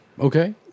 Okay